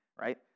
right